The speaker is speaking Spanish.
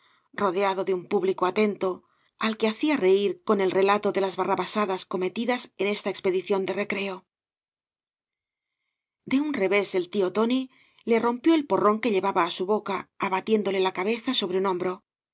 rodeado de un público atento al que hacia reir con el relato de las barrabasadas cometidas en esta expedición de recreo de un revés el tío tóai le rompió el porrón que llevaba á su boca abatiéndole la cabeza sobre un hombro